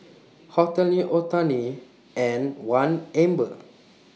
Hotel New Otani and one Amber